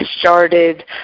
started